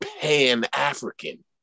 Pan-African